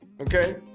Okay